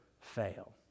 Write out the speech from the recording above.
fail